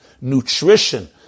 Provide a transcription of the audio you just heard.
nutrition